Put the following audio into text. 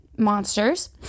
monsters